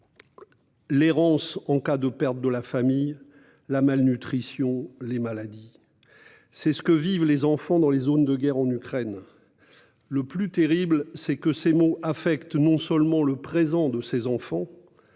l'errance en cas de perte de la famille, la malnutrition, les maladies. Voilà ce que vivent les enfants dans les zones de guerre en Ukraine ! Le plus terrible, c'est que ces maux et traumatismes vécus affectent non seulement le présent de ces enfants-